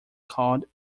called